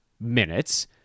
minutes